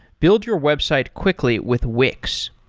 build your website quickly with wix.